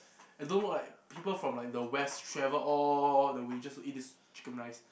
I don't know like people from like the West travel all the way just to eat this chicken rice